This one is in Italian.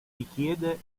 richiede